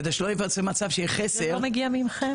כדי שלא ייווצר מצב שבו יהיה חסר --- זה לא מגיע מכם?